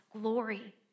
glory